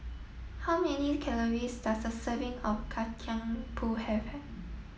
how many calories does a serving of Kacang Pool have